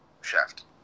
Shaft